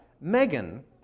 Megan